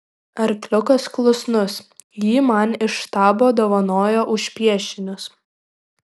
arkliukas klusnus jį man iš štabo dovanojo už piešinius